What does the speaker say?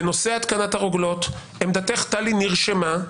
בנושא התקנת הרוגלות עמדתך, טלי, נרשמה.